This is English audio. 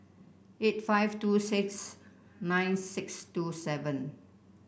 eight five two six nine six two seven